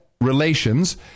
relations